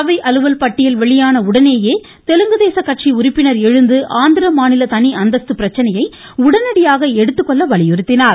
அவை அலுவல் பட்டியல் வெளியான உடனேயே தெலுங்கு தேச கட்சி உறுப்பினர் எழுந்து ஆந்திர மாநில தனி அந்தஸ்து பிரச்சனையை உடனடியாக எடுத்துக்கொள்ள வலியுறுத்தினார்